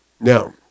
Now